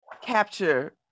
capture